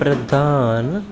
प्रधान